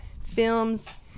films